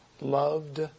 loved